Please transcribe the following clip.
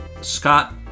Scott